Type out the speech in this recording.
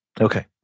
Okay